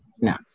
No